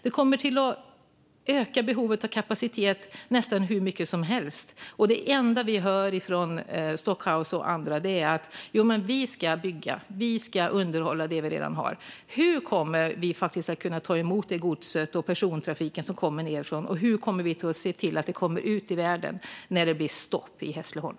Det kommer att öka behovet av kapacitet nästan hur mycket som helst, och det enda vi hör från Stockhaus och andra är att man ska bygga och underhålla det som redan finns. Hur ska vi faktiskt kunna ta emot det gods och den persontrafik som kommer nedifrån, och hur ska vi se till att det kommer ut i världen när det blir stopp i Hässleholm?